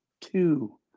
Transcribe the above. two